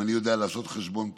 אם אני יודע לעשות חשבון טוב,